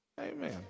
Amen